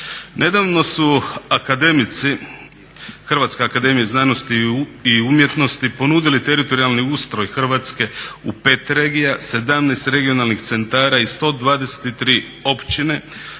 Nedavno su akademici, Hrvatska akademija znanosti i umjetnosti ponudili teritorijalni ustroj Hrvatske u 5 regija, 17 regionalnih centara i 123 općine.